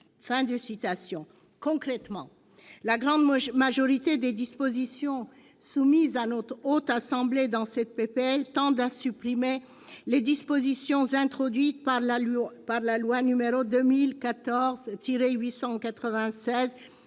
chaîne pénale. » Concrètement, la grande majorité des dispositions soumises à notre Haute Assemblée dans cette proposition de loi tend à supprimer les dispositions introduites par la loi n° 2014-896